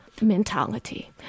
mentality